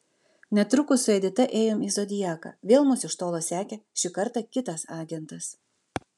netrukus su edita ėjome į zodiaką vėl mus iš tolo sekė šį kartą kitas agentas